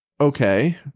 okay